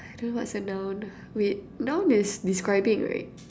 I don't know what's a noun wait noun is describing right